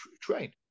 train